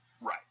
right